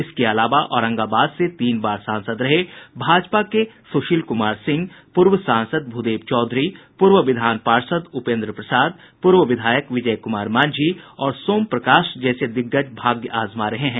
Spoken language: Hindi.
इसके अलावा औरंगाबाद से तीन बार सांसद रहे भाजपा के सुशील कुमार सिंह पूर्व सांसद भूदेव चौधरी पूर्व विधान पार्षद् उपेंद्र प्रसाद पूर्व विधायक विजय कुमार मांझी और सोम प्रकाश जैसे दिग्गज भाग्य आजमा रहे हैं